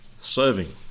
serving